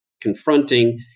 confronting